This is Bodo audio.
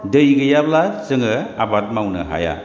दै गैयाब्ला जोङो आबाद मावनो हाया